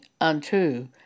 unto